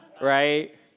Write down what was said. right